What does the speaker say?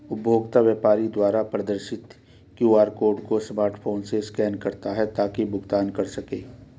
उपभोक्ता व्यापारी द्वारा प्रदर्शित क्यू.आर कोड को स्मार्टफोन से स्कैन करता है ताकि भुगतान कर सकें